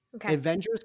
Avengers